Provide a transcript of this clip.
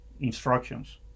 instructions